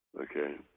okay